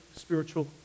spiritual